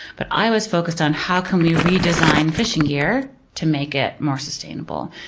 but i was focused on how can we redesign fishing gear to make it more sustainable.